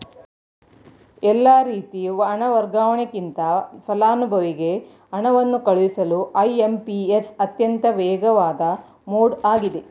ಎಲ್ಲಾ ರೀತಿ ಹಣ ವರ್ಗಾವಣೆಗಿಂತ ಫಲಾನುಭವಿಗೆ ಹಣವನ್ನು ಕಳುಹಿಸಲು ಐ.ಎಂ.ಪಿ.ಎಸ್ ಅತ್ಯಂತ ವೇಗವಾದ ಮೋಡ್ ಆಗಿದೆ